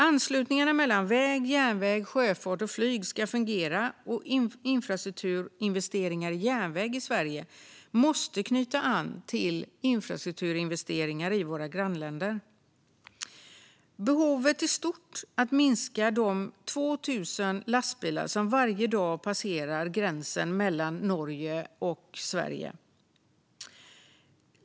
Anslutningarna mellan väg, järnväg, sjöfart och flyg ska fungera, och infrastrukturinvesteringar i järnväg i Sverige måste knyta an till infrastrukturinvesteringar i våra grannländer. Behovet är stort av att minska trafiken när det gäller de 2 000 lastbilar som varje dag passerar gränsen mellan Norge och Sverige.